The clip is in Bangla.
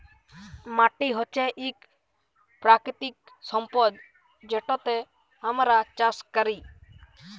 মাটি হছে ইক পাকিতিক সম্পদ যেটতে আমরা চাষ ক্যরি